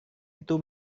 itu